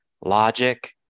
logic